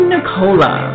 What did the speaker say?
Nicola